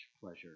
pleasure